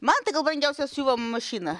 man tai gal brangiausia siuvimo mašina